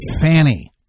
fanny